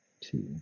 two